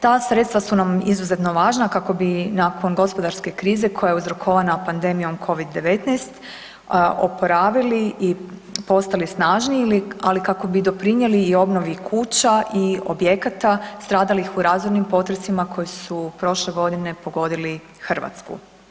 Ta sredstva su nam izuzetno važna kako bi nakon gospodarske krize koja je uzorkovana pandemijom COVID-19, oporavili i postali snažniji ali i kako bi doprinijeli i obnovi kuća i objekata stradalih u razornim potresima koji su prošle godine pogodili Hrvatsku.